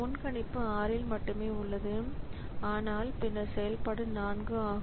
முன்கணிப்பு 6 இல் மட்டுமே உள்ளது ஆனால் பின்னர் செயல்பாடு 4 ஆகும்